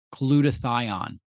glutathione